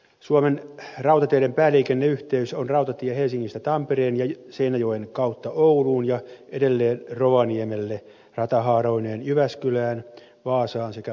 suomen rautateiden pääliikenneyhteys on rautatie helsingistä tampereen ja seinäjoen kautta ouluun ja edelleen rovaniemelle ratahaaroineen jyväskylään vaasaan sekä poriin ja raumalle